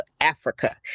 Africa